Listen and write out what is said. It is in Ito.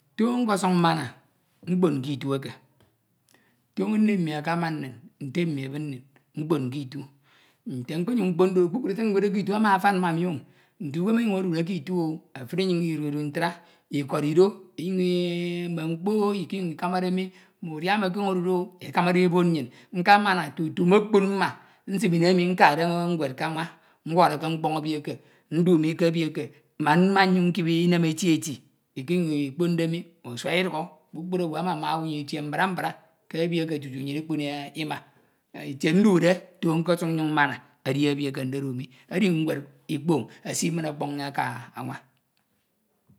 Toño nkesuk mmana mkpon mi ke itu eke toño nne mmi akaman nin mkpon ƙitu. Nte nkonyuñ mkponde oro, kpukpru se nkọnguñ nkudde ama afan ma ami o. Nte uwem ọnyuñ odude ke itu, efun nnyin inyuñ iduntra, ikọrido inyuñ i mme mkpo ikọnyuñ ikemade mi oh ekamade ebok nnyin tutu mmokpon mma nsim ini emi nkade ñwed k anwa nworọke mkpọñ ebi ke man mmanyuñ nkip inem eti eti. Usua idukho, kpukpru owu amama owu, nnyin etie mbia mbra ke ebi eke tutu nnyin ikpuni ima etie ndude toño nkọsuk nyuñ mmana edi ebi eke nsuk nodu mi edi ñwed ikpoñ esi min ọwọrọ aka anwa.